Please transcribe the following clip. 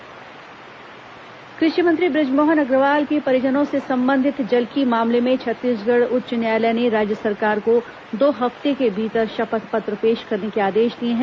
high court जलकी मामला कृषि मंत्री बृजमोहन अग्रवाल के परिजनों से संबंधित जलकी मामले में छत्तीसगढ़ उच्च न्यायालय ने राज्य सरकार को दो हफ्ते के भीतर शपथ पत्र पेश करने के आदेश दिए हैं